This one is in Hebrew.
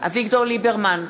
אביגדור ליברמן,